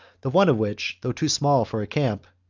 the one of which, though too small for a camp,